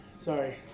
Sorry